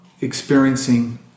experiencing